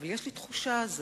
אבל יש לי תחושה עזה